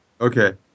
Okay